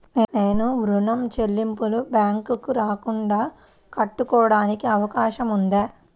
నేను ఋణం చెల్లింపులు బ్యాంకుకి రాకుండా కట్టడానికి అవకాశం ఉందా?